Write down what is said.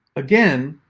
again,